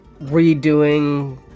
redoing